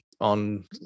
on